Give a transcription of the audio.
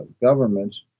governments